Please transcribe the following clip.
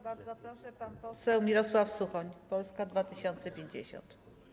Bardzo proszę, pan poseł Mirosław Suchoń, Polska 2050.